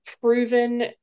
proven